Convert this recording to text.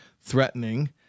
threatening